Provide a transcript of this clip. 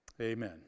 Amen